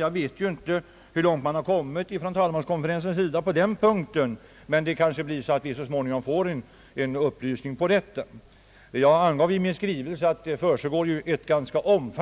Jag vet inte hur långt talmanskonferensen kommit på den punkten, men vi kanske får besked om det så småningom. Jag angav i min skrivelse att det pågår ett ganska stort